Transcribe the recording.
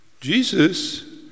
Jesus